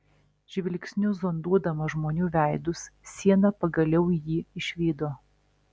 žvilgsniu zonduodama žmonių veidus siena pagaliau jį išvydo